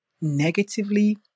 negatively